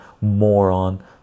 moron